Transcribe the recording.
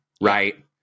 right